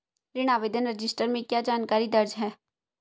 ऋण आवेदन रजिस्टर में क्या जानकारी दर्ज है?